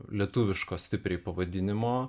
lietuviško stipriai pavadinimo